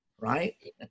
right